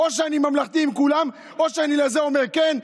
או שאני ממלכתי עם כולם או שלזה אני אומר כן,